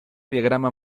diagrama